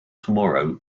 tomorrow